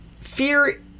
Fear